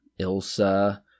ilsa